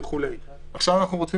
זו כבר שאלה שאני חושב שלא נסכים